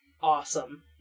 awesome